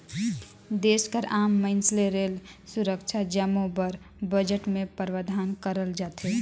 देस कर आम मइनसे रेल, सुरक्छा जम्मो बर बजट में प्रावधान करल जाथे